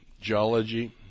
geology